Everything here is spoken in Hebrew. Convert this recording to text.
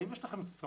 האם יש לכם סמכות?